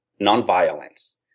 nonviolence